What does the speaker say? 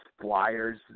flyers